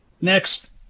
Next